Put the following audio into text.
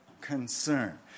concern